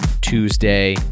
Tuesday